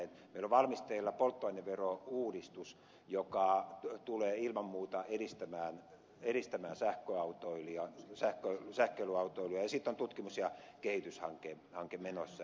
meillä on valmisteilla polttoaineverouudistus joka tulee ilman muuta edistämään sähköautoilua ja sitten on tutkimus ja kehityshanke menossa